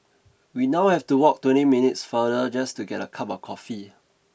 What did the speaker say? we now have to walk twenty minutes farther just to get a cup of coffee